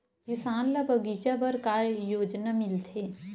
किसान ल बगीचा बर का योजना मिलथे?